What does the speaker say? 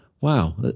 wow